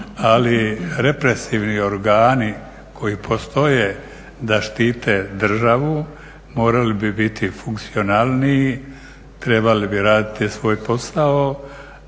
ali represivni organi koji postoje da štite državu morali bi biti funkcionalniji, trebali bi raditi svoj posao